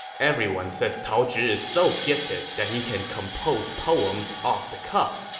everyone says cao zhi is so gifted that he can compose poems off the cuff,